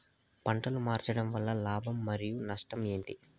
పంటలు మార్చడం వలన లాభం మరియు నష్టం ఏంటి